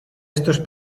estos